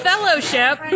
Fellowship